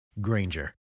Granger